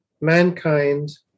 mankind